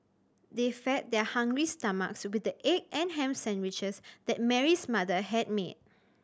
they fed their hungry stomachs with the egg and ham sandwiches that Mary's mother had made